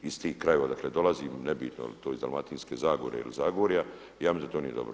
Iz tih krajeva odakle dolazim, nebitno je li to iz Dalmatinske zagore ili Zagorja, ja mislim da to nije dobro.